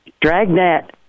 Dragnet